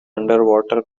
underwater